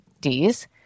d's